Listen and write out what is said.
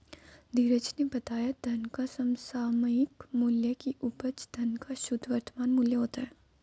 धीरज ने बताया धन का समसामयिक मूल्य की उपज धन का शुद्ध वर्तमान मूल्य होता है